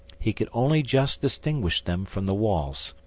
he could only just distinguish them from the walls,